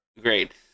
Great